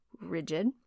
rigid